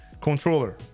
controller